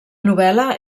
novel·la